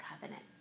covenant